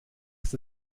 ist